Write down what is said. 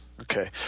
Okay